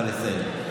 אבל לסיים.